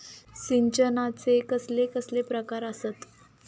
सिंचनाचे कसले कसले प्रकार आसत?